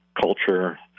culture